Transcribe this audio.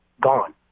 gone